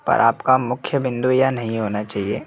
पर आपका मुख्य बिंदु यह नहीं होना चाहिए